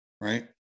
right